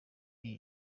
iyi